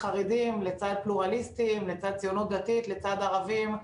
חרדים לצד פלורליסטים לצד ציונות דתית לצד ערבים,